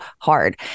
hard